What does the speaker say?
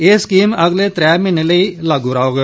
एह् स्कीम अगले त्रै म्हीने लेई लागू रौह्ग